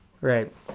Right